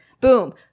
Boom